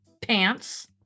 pants